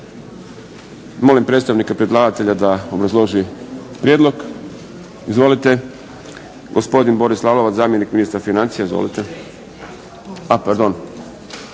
Molim predstavnika predlagatelja da obrazloži prijedlog. Izvolite. Gospodin Boris Lalovac, zamjenik ministra financija, izvolite. A pardon,